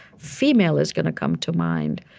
female is going to come to mind.